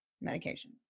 medication